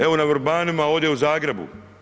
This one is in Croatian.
Evo, na Vrbanima ovdje u Zagrebu.